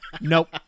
Nope